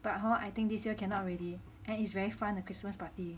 but hor I think this year cannot already and it's very fun the christmas party